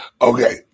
Okay